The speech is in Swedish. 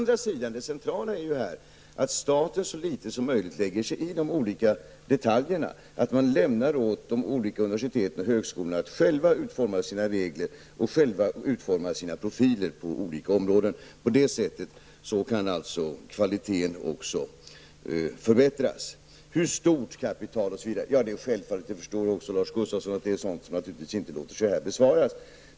Det centrala är ju här att staten så litet som möjligt lägger sig i de olika detaljerna, att man lämnar åt de olika universiteten och högskolorna att själva utforma sina regler och att själva utforma sina profiler på olika områden. På det här sättet kan kvaliteten också förbättras. Hur stort kapitalet bör vara. Ja, det är självfallet, det förstår också Lars Gustafsson. Det är sådant som inte låter sig besvaras här.